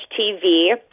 TV